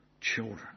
children